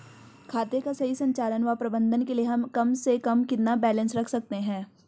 खाते का सही संचालन व प्रबंधन के लिए हम कम से कम कितना बैलेंस रख सकते हैं?